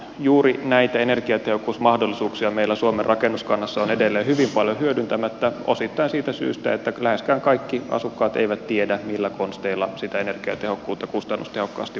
juuri näitä energiatehokkuusmahdollisuuksia meillä suomen rakennuskannassa on edelleen hyvin paljon hyödyntämättä osittain siitä syystä että läheskään kaikki asukkaat eivät tiedä millä konsteilla sitä energiatehokkuutta kustannustehokkaasti voi parantaa